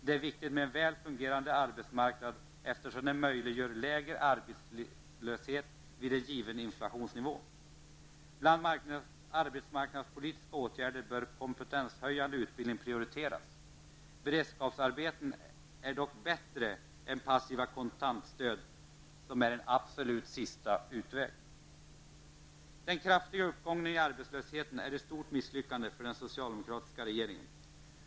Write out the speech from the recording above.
Det är viktigt med en väl fungerande arbetsmarknad, eftersom en sådan möjliggör lägre arbetslöshet vid en given inflationsnivå. Bland arbetsmarknadspolitiska åtgärder bör kompetenshöjande utbildning prioriteras. Beredskapsarbeten är dock bättre än passiva kontantstöd, som är en absolut sista utväg. Den kraftiga uppgången i arbetslösheten är ett stort misslyckande för den socialdemokratiska regeringen.